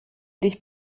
dich